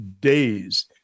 days